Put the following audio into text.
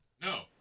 No